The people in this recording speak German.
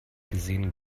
gesehen